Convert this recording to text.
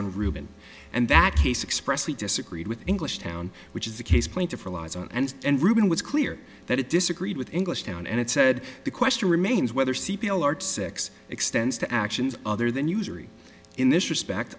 on ruben and that case expressly disagreed with englishtown which is the case plaintiff relies on and and ruben was clear that it disagreed with englishtown and it said the question remains whether c p a large six extends to actions other than usury in this respect